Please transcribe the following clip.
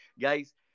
guys